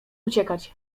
uciekać